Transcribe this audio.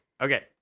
Okay